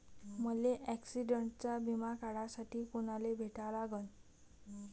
मले ॲक्सिडंटचा बिमा काढासाठी कुनाले भेटा लागन?